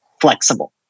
flexible